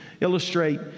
illustrate